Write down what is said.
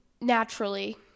naturally